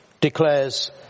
declares